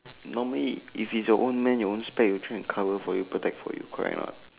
normally if is your own man your own specs you try and cover for you protect for you correct or not